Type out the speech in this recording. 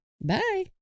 Bye